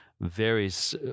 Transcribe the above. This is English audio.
various